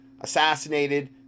assassinated